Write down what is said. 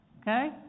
Okay